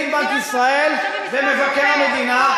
ומה קורה עם נגיד בנק ישראל ומבקר המדינה?